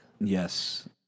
Yes